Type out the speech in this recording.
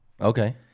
Okay